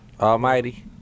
Almighty